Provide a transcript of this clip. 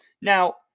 Now